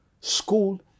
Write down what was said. school